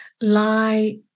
lie